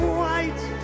white